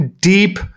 deep